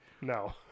No